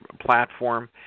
platform